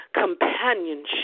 companionship